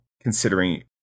considering